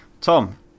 Tom